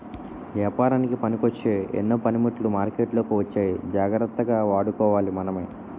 ఏపారానికి పనికొచ్చే ఎన్నో పనిముట్లు మార్కెట్లోకి వచ్చాయి జాగ్రత్తగా వాడుకోవాలి మనమే